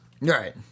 Right